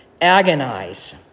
Agonize